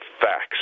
facts